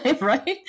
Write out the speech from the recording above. Right